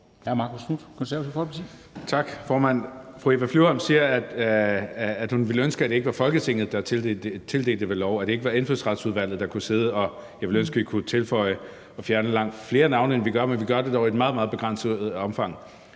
Marcus Knuth (KF): Tak, formand. Fru Eva Flyvholm siger, at hun ville ønske, at det ikke var Folketinget, der tildelte det ved lov, at det ikke var Indfødsretsudvalget, der kunne sidde og tilføje og fjerne navne – jeg ville ønske, at vi kunne tilføje og fjerne langt flere navne, end vi gør, men vi gør det dog i et meget, meget begrænset omfang.